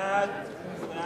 פעם ראשונה